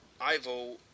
Ivo